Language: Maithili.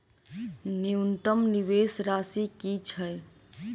न्यूनतम निवेश राशि की छई?